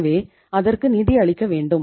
எனவே அதற்கு நிதி அளிக்க வேண்டும்